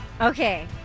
Okay